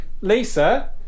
Lisa